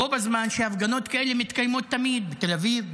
בו בזמן שהפגנות כאלה מתקיימות תמיד בתל אביב,